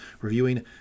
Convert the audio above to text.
reviewing